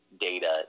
data